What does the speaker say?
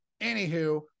anywho